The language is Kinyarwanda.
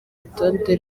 rutonde